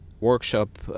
workshop